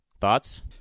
Thoughts